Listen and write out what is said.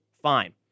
fine